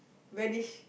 vanish